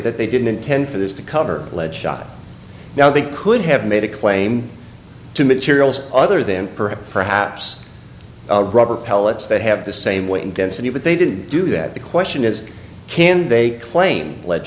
that they didn't intend for this to cover a lead shot now they could have made a claim to materials other than perhaps perhaps a rubber pellets that have the same weight and density but they didn't do that the question is can they claim